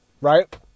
Right